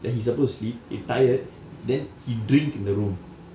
then he supposed sleep he tired then he drink in the room